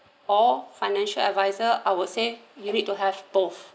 or financial adviser I would say you need to have both